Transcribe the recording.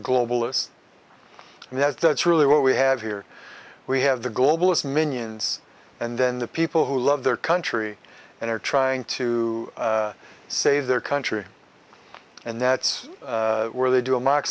globalist and that's that's really what we have here we have the globalist minions and then the people who love their country and are trying to save their country and that's where they do a mock